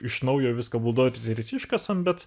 iš naujo viską buldozeriais iškasam bet